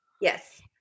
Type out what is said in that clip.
yes